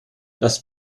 das